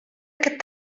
aquest